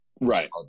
right